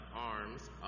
arms